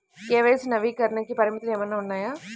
KYC నవీకరణకి పరిమితులు ఏమన్నా ఉన్నాయా?